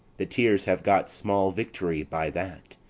the tears have got small victory by that,